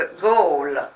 goal